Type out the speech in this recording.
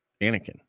Anakin